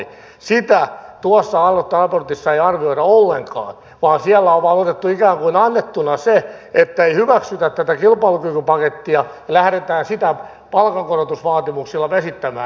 sitä tuossa raportissa ei arvioida ollenkaan vaan siellä on vain otettu ikään kuin annettuna se ettei hyväksytä tätä kilpailukykypakettia lähdetään sitä palkankorotusvaatimuksilla vesittämään